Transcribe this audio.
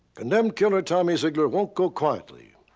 condemned killer tommy zeigler won't go quietly.